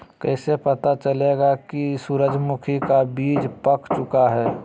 कैसे पता चलेगा की सूरजमुखी का बिज पाक चूका है?